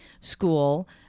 School